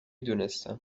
دونستم